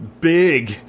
big